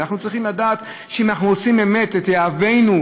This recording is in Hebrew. ואנחנו צריכים לדעת שאם אנחנו רוצים באמת לשים את יהבנו,